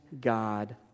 God